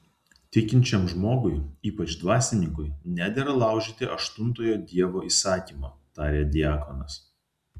tikinčiam žmogui ypač dvasininkui nedera laužyti aštuntojo dievo įsakymo tarė diakonas